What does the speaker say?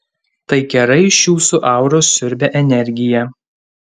tai kerai iš jūsų auros siurbia energiją